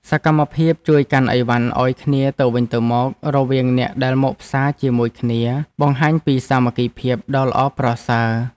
សកម្មភាពជួយកាន់ឥវ៉ាន់ឱ្យគ្នាទៅវិញទៅមករវាងអ្នកដែលមកផ្សារជាមួយគ្នាបង្ហាញពីសាមគ្គីភាពដ៏ល្អប្រសើរ។